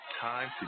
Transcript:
time